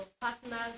partner's